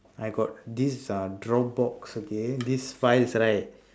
I got this uh dropbox okay these files right